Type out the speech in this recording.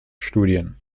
studien